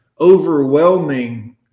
overwhelming